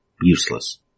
Useless